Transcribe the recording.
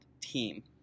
team